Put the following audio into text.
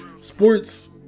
sports